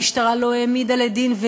המשטרה לא העמידה לדין,